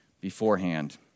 beforehand